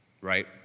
right